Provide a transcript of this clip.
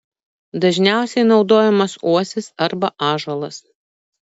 dažniausiai naudojamas uosis arba ąžuolas